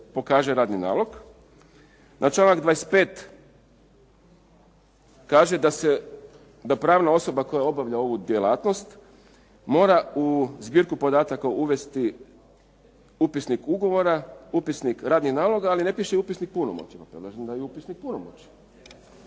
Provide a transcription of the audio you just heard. pokaže radni nalog. Na članak 25. Kaže da pravna osoba koja obavlja ovu djelatnost mora u zbirku podataka uvesti upisnik ugovora, upisnik radnih naloga, ali ne piše upisnik punomoći pa predlažem da je upisnik punomoći.